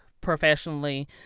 professionally